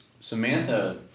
Samantha